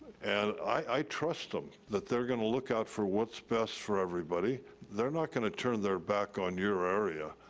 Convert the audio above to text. and i trust um that they're gonna look out for what's best for everybody. they're not gonna turn their back on your area.